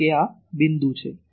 ધારોકે આ બિંદુ છે